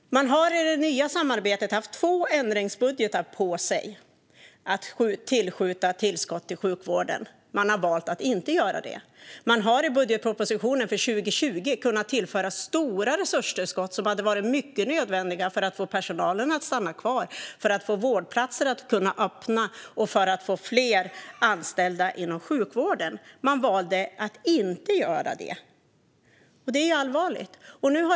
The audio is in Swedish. I det nya samarbetet har ni haft två ändringsbudgetar på er att tillskjuta resurser till sjukvården, men ni har valt att inte göra det. I budgetpropositionen för 2020 hade ni kunnat tillföra stora resurstillskott som hade varit nödvändiga för att få personal att stanna kvar, för att öppna vårdplatser och för att få fler anställda inom sjukvården. Ni valde att inte göra det, vilket är allvarligt.